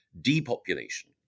depopulation